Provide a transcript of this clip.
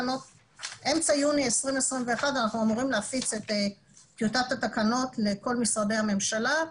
באמצע יוני 2021 אנחנו אמורים להפיץ את טיוטת התקנות לכל משרדי הממשלה,